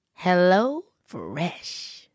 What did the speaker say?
HelloFresh